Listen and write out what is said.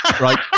right